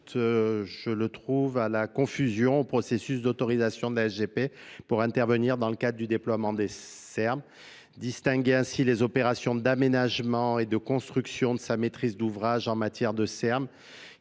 je le trouve à la confusion au processus d'autorisation de la g p pour intervenir dans le cadre du déploiement des serbes les opérations d'aménagement et de construction de Saa maîtrise d'ouvrage en matière de E